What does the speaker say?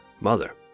mother